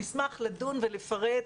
נשמח לדון ולפרט,